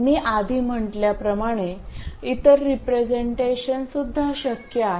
मी आधी म्हटल्याप्रमाणे इतर रिप्रेझेंटेशन सुद्धा शक्य आहेत